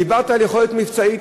דיברת על יכולת מבצעית,